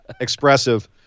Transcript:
expressive